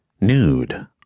Nude